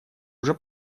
уже